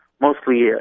mostly